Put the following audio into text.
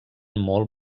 molt